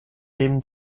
leben